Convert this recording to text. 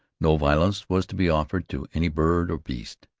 no violence was to be offered to any bird or beast,